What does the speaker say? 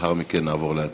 ולאחר מכן נעבור להצבעה.